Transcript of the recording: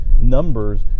numbers